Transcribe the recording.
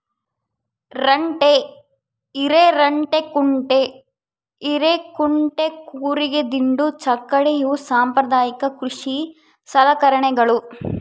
ರಂಟೆ ಹಿರೆರಂಟೆಕುಂಟೆ ಹಿರೇಕುಂಟೆ ಕೂರಿಗೆ ದಿಂಡು ಚಕ್ಕಡಿ ಇವು ಸಾಂಪ್ರದಾಯಿಕ ಕೃಷಿ ಸಲಕರಣೆಗಳು